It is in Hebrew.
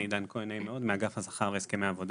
אני מאגף השכר והסכמי עבודה,